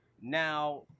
now